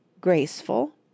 graceful